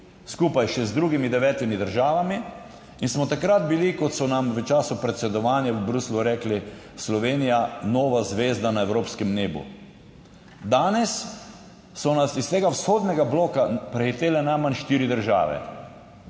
skupaj še z drugimi devetimi državami in smo takrat bili, kot so nam v času predsedovanja v Bruslju rekli, Slovenija nova zvezda na evropskem nebu. Danes so nas iz tega vzhodnega bloka prehitele najmanj štiri države,